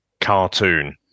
cartoon